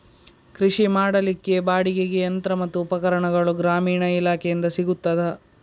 ಕೃಷಿ ಮಾಡಲಿಕ್ಕೆ ಬಾಡಿಗೆಗೆ ಯಂತ್ರ ಮತ್ತು ಉಪಕರಣಗಳು ಗ್ರಾಮೀಣ ಇಲಾಖೆಯಿಂದ ಸಿಗುತ್ತದಾ?